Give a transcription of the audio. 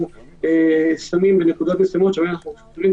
אנחנו נמצאים פה כדי להסביר ולענות על שאלות.